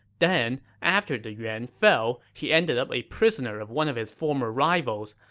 then, after the yuan fell, he ended up a prisoner of one of his former rivals,